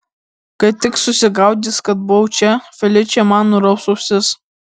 kai tik susigaudys kad buvau čia feličė man nuraus ausis